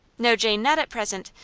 no, jane not at present.